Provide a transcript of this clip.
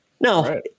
No